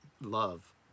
love